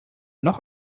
noch